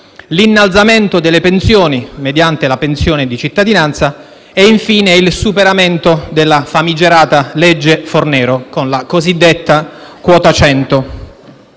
l'innalzamento delle pensioni mediante la pensione di cittadinanza e infine il superamento della famigerata legge Fornero, con la cosiddetta quota 100.